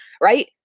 right